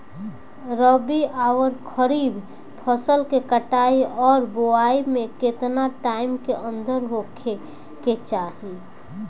रबी आउर खरीफ फसल के कटाई और बोआई मे केतना टाइम के अंतर होखे के चाही?